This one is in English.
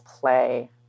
play